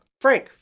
Frank